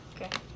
Okay